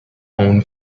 own